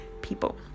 people